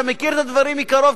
אתה מכיר את הדברים מקרוב,